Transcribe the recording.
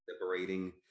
liberating